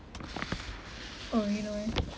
oh you know eh